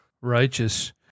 Righteous